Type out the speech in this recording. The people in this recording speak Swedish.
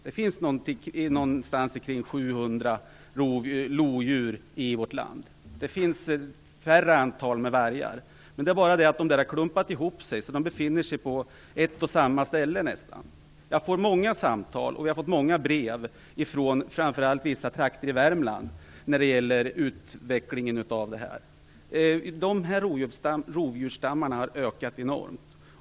Det finns ca 700 lodjur i vårt land. Det finns färre vargar. Men de har klumpat ihop sig och befinner sig nästan på ett och samma ställe. Jag får många samtal, och jag har fått många brev, från framför allt vissa trakter i Värmland om den här utvecklingen. Dessa rovdjursstammar har ökat enormt.